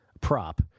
prop